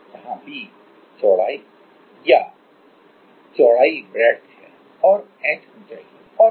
जहाँ b width या breadth है और h ऊँचाई है